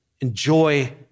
enjoy